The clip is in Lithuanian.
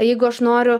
jeigu aš noriu